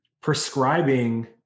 prescribing